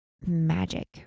magic